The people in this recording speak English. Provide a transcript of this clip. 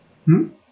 mm